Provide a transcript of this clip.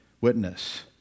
witness